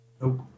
Nope